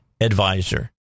advisor